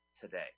Today